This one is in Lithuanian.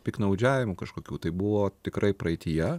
piktnaudžiavimų kažkokių tai buvo tikrai praeityje